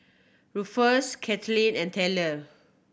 Ruffus Katelin and Tayler